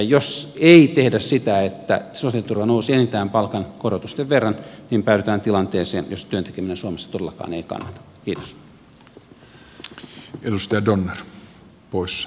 jos ei tehdä sitä että sosiaaliturva nousee enintään palkankorotusten verran niin päädytään tilanteeseen jossa työn tekeminen suomessa todellakaan ei kannata